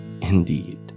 indeed